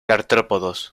artrópodos